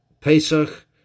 Pesach